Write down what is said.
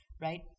right